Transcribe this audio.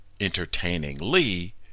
entertainingly